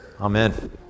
amen